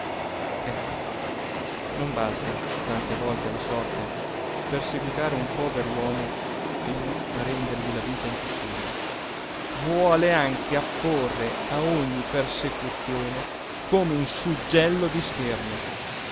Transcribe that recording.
ecco non basta tante volte alla sorte perseguitare un pover'uomo fino a rendergli la vita impossibile vuole anche apporre a ogni persecuzione come un suggello di scherno